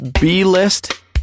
B-list